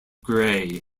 grey